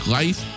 life